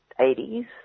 80s